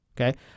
Okay